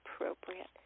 appropriate